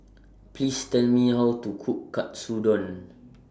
Please Tell Me How to Cook Katsudon